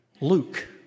Luke